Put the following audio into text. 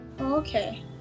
Okay